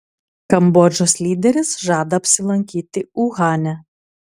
kambodžos lyderis žada apsilankyti uhane